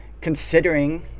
considering